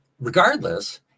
regardless